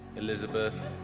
elizabeth